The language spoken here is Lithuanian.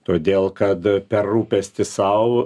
todėl kad per rūpestį sau